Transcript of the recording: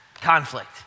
Conflict